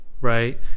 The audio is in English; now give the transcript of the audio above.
right